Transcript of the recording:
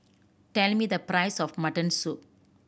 tell me the price of mutton soup